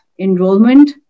enrollment